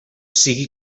sigui